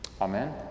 Amen